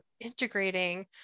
integrating